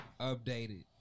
updated